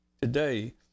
Today